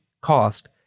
cost